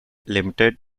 limited